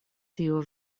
tiu